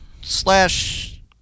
slash